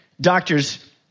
doctors